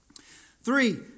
Three